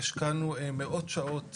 שהשקענו מאות שעות